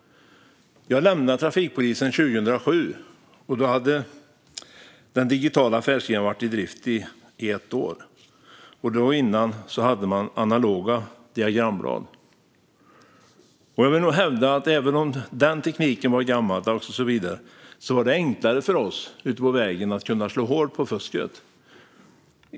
Jag lämnade trafikpolisen 2007, och då hade den digitala färdskrivaren varit i drift i ett år. Tidigare hade man analoga diagramblad. Även om den tekniken var gammaldags vill jag hävda att det då var enklare för oss ute på vägen att slå hål på fusket.